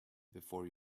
before